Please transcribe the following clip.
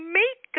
make